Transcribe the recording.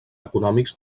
econòmics